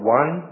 one